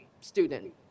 student